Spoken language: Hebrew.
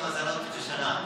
מי בשנה.